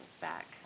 back